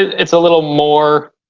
it's a little more.